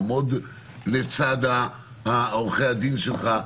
לעמוד לצד עורכי הדין שלך.